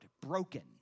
broken